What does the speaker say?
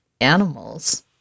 animals